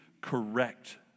correct